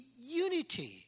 unity